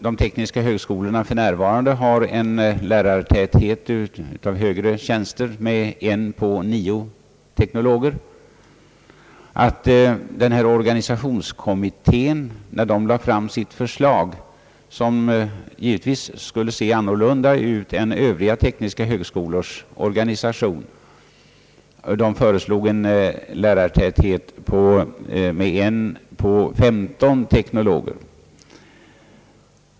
De tekniska högskolorna har f. n. en lärartäthet av högre tjänster med 1 på 9 teknologer. När organisationskommittén lade fram sitt förslag, som givetvis skulle se annorlunda ut än övriga tekniska högskolors organisation, föreslogs en lärartäthet med 1 på 15 teknologer.